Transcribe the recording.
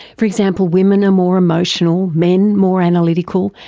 for example, women are more emotional, men more analytical,